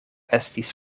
estis